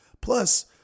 Plus